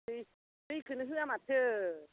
दैखोनो होआ माथो